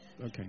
Okay